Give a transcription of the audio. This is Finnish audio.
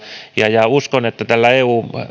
ja ja uskon että tällä eu